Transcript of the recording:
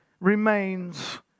remains